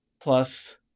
plus